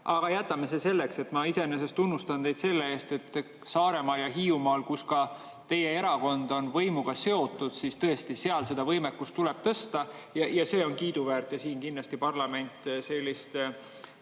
Aga jätame, see selleks. Ma iseenesest tunnustan teid selle eest, et Saaremaal ja Hiiumaal, kus ka teie erakond on võimuga seotud, tõesti seda võimekust tuleb tõsta. See on kiiduväärt ja siin kindlasti parlament sellist